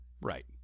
Right